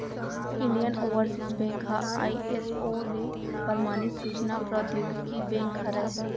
Indian Overseas bank ह ISO ले परमानित सूचना प्रौद्योगिकी बेंक हरय